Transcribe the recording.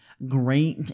great